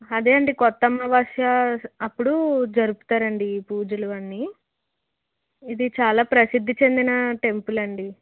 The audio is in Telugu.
అదే అండి కొత్త అమావాస్య అప్పుడు జరుపుతారు అండి ఈ పూజలు అన్నీ ఇది చాలా ప్రసిద్ధి చెందిన టెంపుల్ అండి